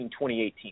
2018